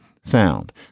sound